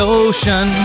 ocean